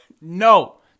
No